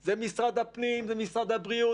זה משרד הפנים, זה משרד הבריאות.